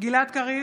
גלעד קריב,